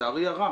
לצערי הרע